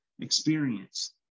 experience